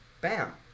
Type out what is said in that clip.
bam